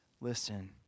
listen